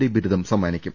D ബിരുദം സമ്മാനിക്കും